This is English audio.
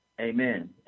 Amen